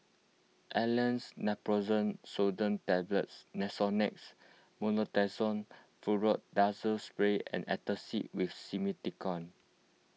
Aleve Naproxen Sodium Tablets Nasonex Mometasone Furoate Nasal Spray and Antacid with Simethicone